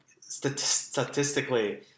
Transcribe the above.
statistically